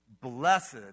Blessed